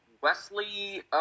Wesley